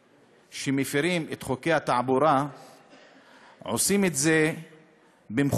שמפרים את חוקי התעבורה עושים את זה במכוון,